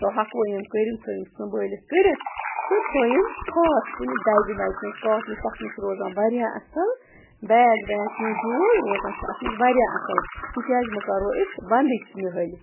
تہٕ ہۄکھؤیِم کٔرِم تھٲیِم سُنٛمبھٲلِتھ کٔرِتھ تہٕ تھٲیِم خاص کُنہِ دَجہِ وَجہِ منٛز کاٹنٕچ تَتھ منٛز چھِ روزان واریاہ اَصٕل بیگ ویگ کیٚنٛہہ بیول روزان چھِ اَتھ منٛز واریاہ اَصٕل تِکیٛازِ وۄنۍ کَرو أسۍ وَنٛدٕچ نِہٲلۍ